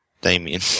Damien